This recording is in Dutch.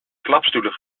klapstoelen